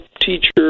teacher